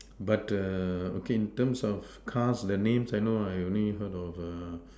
but err okay in terms of cars the names I know I only heard of uh